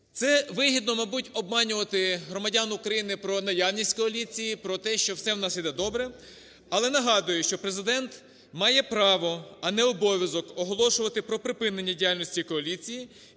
Це вигідно, мабуть, обманювати громадян України про наявність коаліції, про те, що все у нас йде добре. Але нагадую, що Президент має право, а не обов'язок, оголошувати про припинення діяльності коаліції